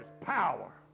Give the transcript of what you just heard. power